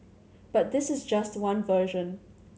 but this is just one version